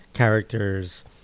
characters